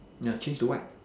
no change to what